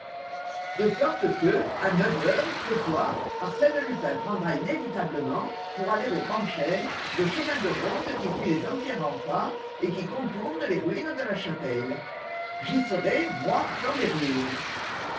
de sorte que à neuf heures ce soir arsène lupin prendra inévitablement pour aller au grand chêne le chemin de ronde qui suit les anciens remparts et qui contourne les ruines de la chapelle j'y serai moi dans les ruines